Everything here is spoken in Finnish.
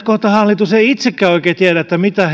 kohta hallitus ei itsekään oikein tiedä mitä